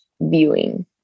viewing